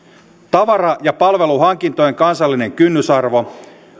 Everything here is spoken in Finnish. tavara ja palveluhankintojen kansallinen kynnysarvo